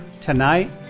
tonight